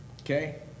Okay